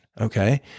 Okay